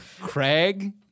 Craig